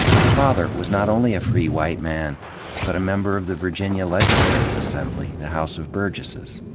her father was not only a free white man but a member of the virginia legislative assembly, the house of burgesses.